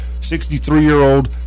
63-year-old